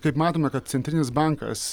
kaip matome kad centrinis bankas